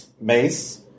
Mace